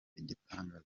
igitangaza